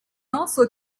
also